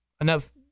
enough